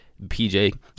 PJ